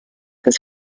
his